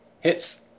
Hits